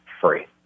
free